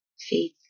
faith